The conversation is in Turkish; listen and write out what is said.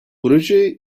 projeye